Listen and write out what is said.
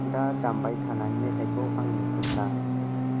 दा दामबाय थानाय मेथायखौ आंनो खोन्था